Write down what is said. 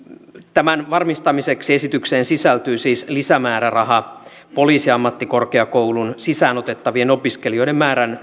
tämän varmistamiseksi esitykseen sisältyy siis lisämääräraha poliisiammattikorkeakouluun sisään otettavien opiskelijoiden määrän